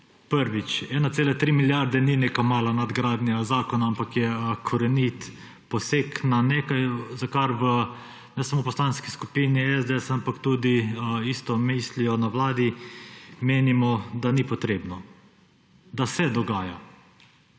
Prvič, 1,3 milijarde ni neka mala nadgradnja zakona, ampak je korenit poseg na nekaj, za kar ne samo v Poslanski skupini SDS, ampak tudi isto mislijo na Vladi, menimo, da ni potrebno. Da se dogaja.